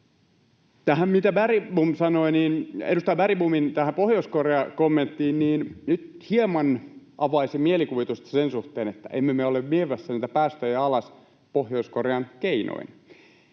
Tähän edustaja Bergbomin Pohjois-Korea-kommenttiin: Nyt hieman avaisin mielikuvitusta sen suhteen, että emme me ole viemässä niitä päästöjä alas Pohjois-Korean keinoin.